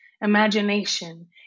imagination